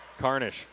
Carnish